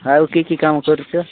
ଆଉ କି କି କାମ କରୁଛ